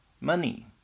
money